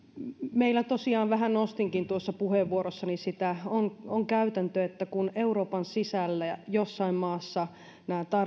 meillä tosiaan vähän nostinkin tuossa puheenvuorossani sitä on on käytäntö että kun euroopan sisällä jossain maassa nämä